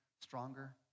stronger